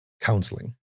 counseling